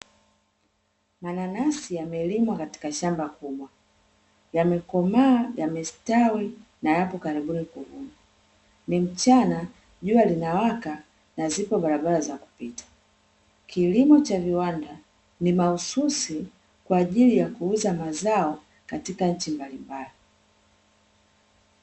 Mananasi yamelimwa katika shamba kubwa, yamekomaa, yamestawi na yapo karibuni kuvunwa. Ni mchana jua linawaka na zipo barabara za kupita, kilimo cha viwanda ni mahususi kwaajili ya kuuza mazao katika nchi mbalimbali.